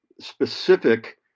specific